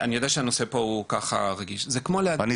אני יודע שהנושא פה הוא רגיש, יש